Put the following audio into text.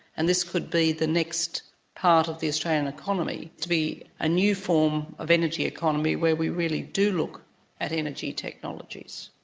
and this could be the next part of the australian economy, to be a new form of energy economy where we really do look at energy technologies.